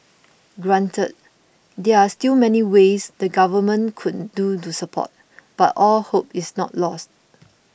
granted there are still many ways the government could do to support but all hope is not lost